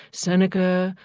seneca,